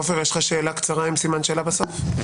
עופר, יש לך שאלה קצרה עם סימן שאלה בסוף?